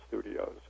studios